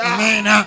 Amen